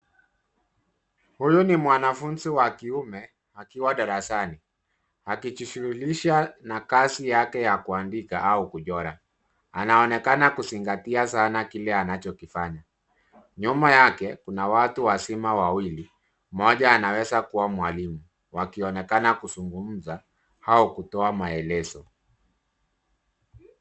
Huyu ni mwanafunzi wa kiume, akiwa darasani. Anajishughulisha na kazi yake ya kuandika au kuchora. Anaonekana kutilia mkazo kile anachokifanya. Nyuma yake, kuna watu wazima wawili, mmoja anaweza kuwa mwalimu, wakionekana wakizungumza au kutoa maelezo.